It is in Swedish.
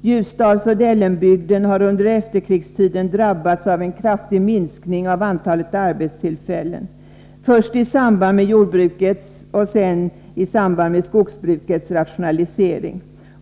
Ljusdalsbygden och Dellenbygden har under efterkrigstiden drabbats av en kraftig minskning av antalet arbetstillfällen, först i samband med jordbrukets rationalisering och sedan i samband med skogsbrukets rationalisering.